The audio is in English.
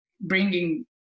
bringing